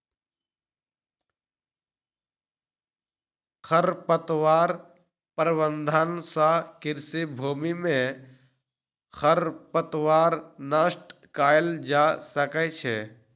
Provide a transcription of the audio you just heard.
खरपतवार प्रबंधन सँ कृषि भूमि में खरपतवार नष्ट कएल जा सकै छै